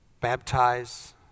baptize